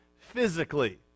Physically